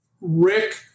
Rick